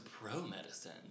pro-medicine